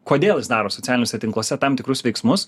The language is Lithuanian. kodėl jis daro socialiniuose tinkluose tam tikrus veiksmus